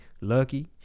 Lucky